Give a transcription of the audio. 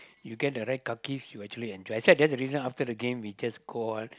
you get the right kakis you actually enjoy so that's the reason after the game we just go on